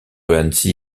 annecy